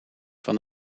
van